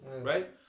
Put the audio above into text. Right